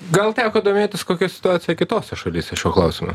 gal teko domėtis kokia situacija kitose šalyse šiuo klausimu